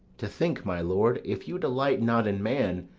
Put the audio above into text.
to think, my lord, if you delight not in man,